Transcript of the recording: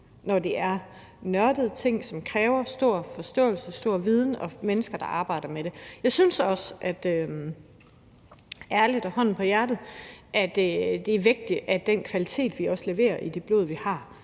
sig om nørdede ting, som kræver stor forståelse og stor viden hos de mennesker, der arbejder med det. Jeg synes også ærligt og med hånden på hjertet, at det er vigtigt med kvaliteten af det blod, vi